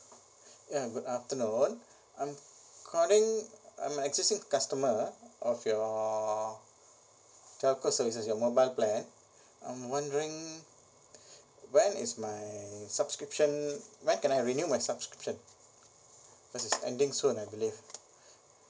ya good afternoon I'm calling I'm existing customer of your telco services your mobile plan I'm wondering when is my subscription when can I renew my subscription cause it's ending soon I believe